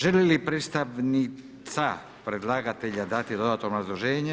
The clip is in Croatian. Želi li predstavnica predlagatelja dati dodatno obrazloženje?